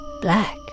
black